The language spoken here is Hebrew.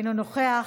אינו נוכח,